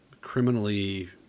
criminally